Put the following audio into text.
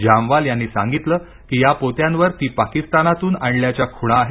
जामवाल यांनी सांगितलं की या पोत्यांवर ती पाकिस्तानतून आणल्याच्या खुणा आहेत